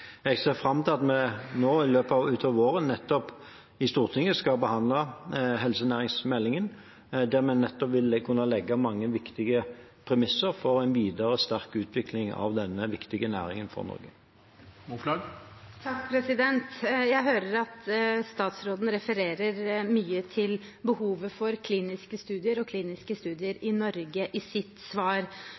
Jeg ser fram til at vi i løpet av våren skal behandle helsenæringsmeldingen i Stortinget, der vi vil kunne legge mange viktige premisser for en videre sterk utvikling av denne viktige næringen for Norge. Jeg hører at statsråden i sitt svar refererer mye til behovet for kliniske studier og kliniske studier i Norge.